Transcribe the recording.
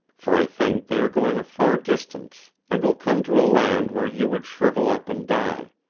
for i think they are going a far distance, and will come to a land where you would shrivel up and die.